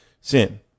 sin